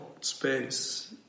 space